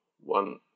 one